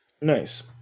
Nice